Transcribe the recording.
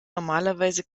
normalerweise